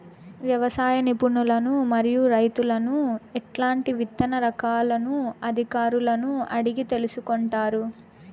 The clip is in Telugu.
వ్యవసాయ నిపుణులను మరియు రైతులను ఎట్లాంటి విత్తన రకాలను అధికారులను అడిగి తెలుసుకొంటారు?